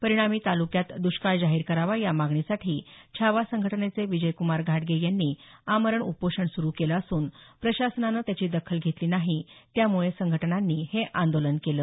परिणामी तालुक्यात दष्काळ जाहीर करावा या मागणीसाठी छावा संघटनेचे विजयक्रमार घाडगे यांनी आमरण उपोषण सुरु केलं असून प्रशासनानं त्याची दाखल घेतली नाही त्यामुळे संघटनांनी हे आंदोलन केलं